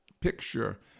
picture